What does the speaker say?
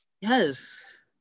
Yes